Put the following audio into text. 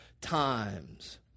times